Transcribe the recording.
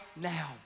now